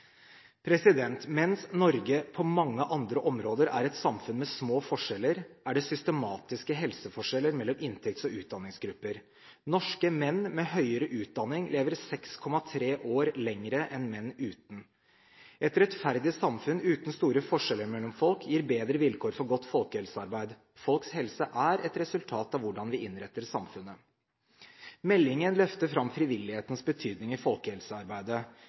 Mens Norge på mange andre områder er et samfunn med små forskjeller, er det systematiske helseforskjeller mellom inntekts- og utdanningsgrupper. Norske menn med høyere utdanning lever 6,3 år lenger enn menn uten. Et rettferdig samfunn, uten store forskjeller mellom folk, gir bedre vilkår for godt folkehelsearbeid. Folks helse er et resultat av hvordan vi innretter samfunnet. Meldingen løfter fram frivillighetens betydning i folkehelsearbeidet.